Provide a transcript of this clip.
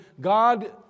God